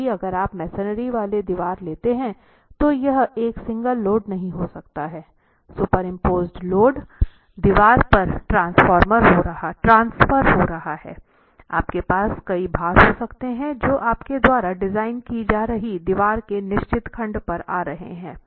क्योंकि अगर आप मेसनरी वाली दीवार लेते हैं तो यह एक सिंगल लोड नहीं हो सकता है सुपरइम्पोज्ड लोड दीवार पर ट्रांसफर हो रहा है आपके पास कई भार हो सकते हैं जो आपके द्वारा डिजाइन की जा रही दीवार के निश्चित खंड पर आ रहे है